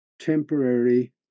temporary